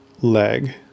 leg